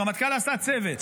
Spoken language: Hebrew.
הרמטכ"ל עשה צוות,